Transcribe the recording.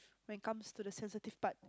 when comes to the sensitive part